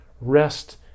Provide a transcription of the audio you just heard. rest